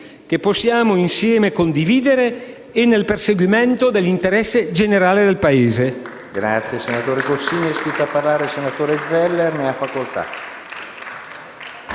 che possiamo insieme condividere, nel perseguimento dell'interesse generale del Paese.